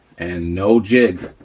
and no jig,